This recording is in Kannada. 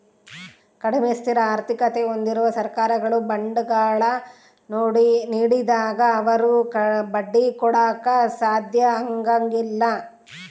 ಕಡಿಮೆ ಸ್ಥಿರ ಆರ್ಥಿಕತೆ ಹೊಂದಿರುವ ಸರ್ಕಾರಗಳು ಬಾಂಡ್ಗಳ ನೀಡಿದಾಗ ಅವರು ಬಡ್ಡಿ ಕೊಡಾಕ ಸಾಧ್ಯ ಆಗಂಗಿಲ್ಲ